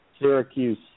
Syracuse